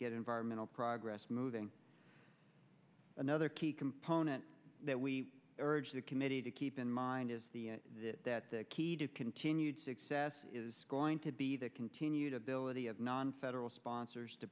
get environmental progress moving another key component that we urge the committee to keep in mind is that the key to continued success is going to be the continued ability of nonfederal sponsors to